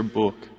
book